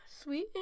Sweet